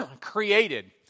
created